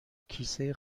کیسه